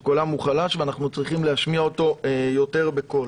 שקולם הוא חלש ואנחנו צריכים להשמיע אותו יותר בקול.